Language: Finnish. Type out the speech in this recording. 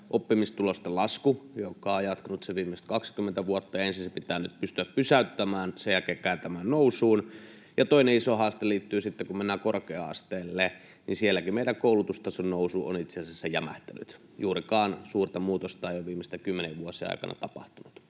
oppimistulosten lasku, joka on jatkunut sen viimeiset 20 vuotta. Ensin se pitää nyt pystyä pysäyttämään, sen jälkeen kääntämään nousuun. Ja toinen iso haaste liittyy siihen, kun mennään korkea-asteelle. Sielläkin meidän koulutustason nousu on itse asiassa jämähtänyt. Juurikaan suurta muutosta ei ole viimeisten kymmenien vuosien aikana tapahtunut.